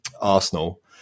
arsenal